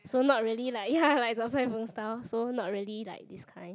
so not really like ya like chap chye png style so not really like this kind